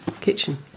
kitchen